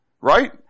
Right